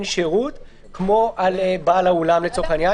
שירות כמו על בעל האולם לצורך העניין.